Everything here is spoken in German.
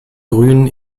grün